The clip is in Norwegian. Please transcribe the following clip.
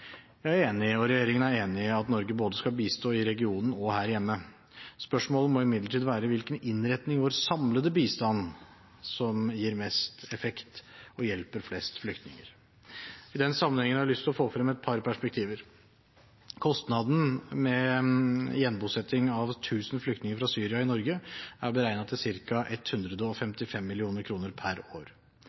Jeg er enig i, og regjeringen er enig i at Norge skal bistå både i regionen og her hjemme. Spørsmålet må imidlertid være hvilken innretning av vår samlede bistand som gir mest effekt og hjelper flest flyktninger. I denne sammenhengen har jeg lyst til å få frem et par perspektiver. Kostnaden med gjenbosetting av 1 000 flyktninger fra Syria i Norge er beregnet til